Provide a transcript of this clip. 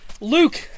Luke